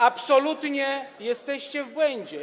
Absolutnie jesteście w błędzie.